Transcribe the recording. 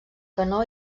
canó